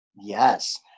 Yes